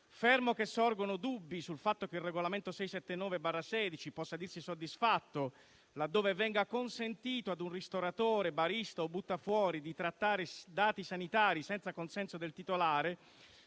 restando che sorgono dubbi sul fatto che il regolamento UE 679/2016 possa dirsi soddisfatto laddove venga consentito a un ristoratore, barista o buttafuori di trattare dati sanitari senza consenso del titolare